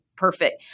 Perfect